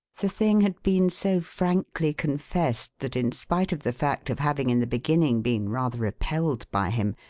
the thing had been so frankly confessed that, in spite of the fact of having in the beginning been rather repelled by him,